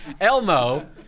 Elmo